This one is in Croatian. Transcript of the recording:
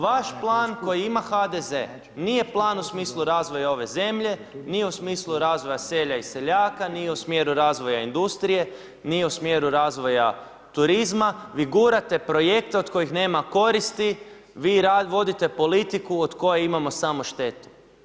Vaš plan koji ima HDZ, nije plan u smislu razvoja ove zemlje, nije u smislu razvoja sela i seljaka, nije u smjeru razvoja industrije, nije u smjeru razvoja turizma, vi gurate projekte od kojih nema koristi, vi vodite politiku od kojih imamo samo štete.